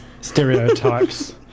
stereotypes